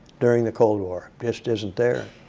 during the cold war. just isn't there.